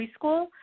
preschool